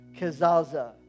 kazaza